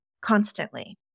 constantly